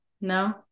no